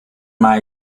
mei